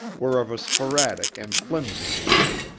were of a sporadic and flimsy nature,